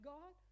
God